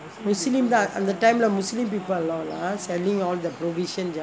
muslim அந்த:antha time leh muslim people all ah selling all the provision